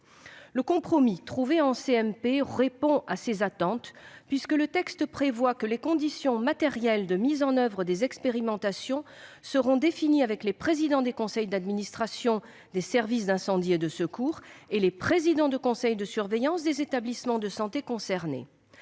mixte paritaire répond à ces attentes. En effet, le texte prévoit que les conditions matérielles de mise en oeuvre des expérimentations seront définies avec les présidents des conseils d'administration des services d'incendie et de secours et les présidents des conseils de surveillance des établissements de santé concernés.